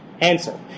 Answer